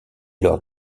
lors